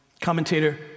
Commentator